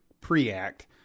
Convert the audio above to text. pre-act